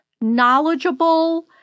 knowledgeable